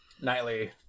Nightly